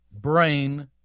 brain